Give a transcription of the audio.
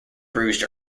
bruised